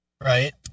right